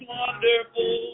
wonderful